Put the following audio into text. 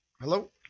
Hello